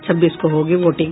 छब्बीस को होगी वोटिंग